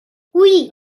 oui